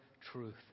truth